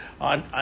on